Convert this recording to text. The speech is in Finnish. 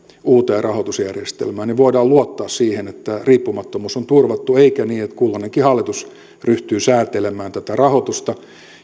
uuteen rahoitusjärjestelmään niin voidaan luottaa siihen että riippumattomuus on turvattu eikä niin että kulloinenkin hallitus ryhtyy säätelemään tätä rahoitusta